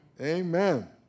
Amen